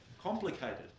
complicated